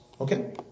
Okay